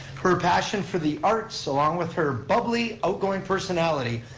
her passion for the arts, along with her bubbly, outgoing personality,